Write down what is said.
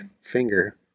finger